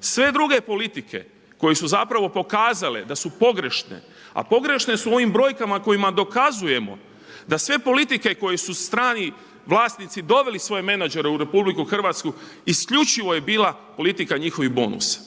Sve druge politike koje su zapravo pokazale da su pogrešne, a pogrešne su u ovim brojkama kojima dokazujemo da sve politike koje su strani vlasnici doveli svoje menadžere u RH isključivo je bila politika njihovih bonusa.